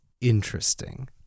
Interesting